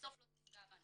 שבסוף לא תפגע בנו.